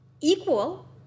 equal